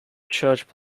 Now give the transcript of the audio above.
church